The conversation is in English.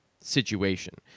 situation